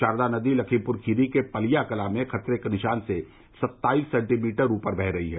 शारदा नदी लखीमपुर खीरी के पलिया कला में खतरे के निशान से सत्ताईस सेंटीमीटर ऊपर बह रही है